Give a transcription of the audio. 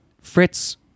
Fritz